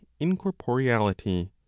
incorporeality